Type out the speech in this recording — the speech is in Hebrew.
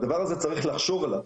על הדבר הזה צריך לחשוב עליו,